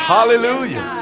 Hallelujah